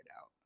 out